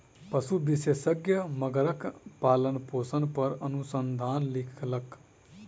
पशु विशेषज्ञ मगरक पालनपोषण पर अनुसंधान लिखलक